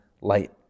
light